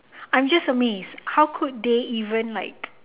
I'm just amazed how could they even like